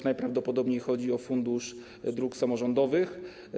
Najprawdopodobniej chodzi o Fundusz Dróg Samorządowych.